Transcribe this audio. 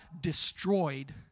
destroyed